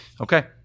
Okay